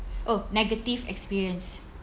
oh negative experience